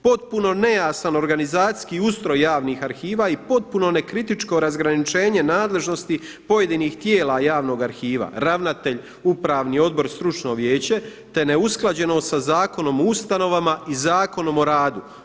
Potpuno nejasan organizacijski ustroj javnih arhiva i potpuno nekritičko razgraničenje nadležnosti pojedinih tijela javnog arhiva ravnatelj, upravni odbor, stručno vijeće, te neusklađenost sa Zakonom o ustanovama i Zakonom o radu.